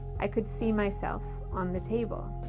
i could see myself on the table.